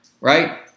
right